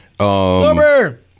Sober